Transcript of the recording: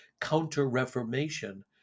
Counter-Reformation